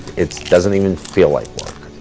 it doesn't even feel like work.